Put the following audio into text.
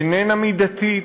איננה מידתית,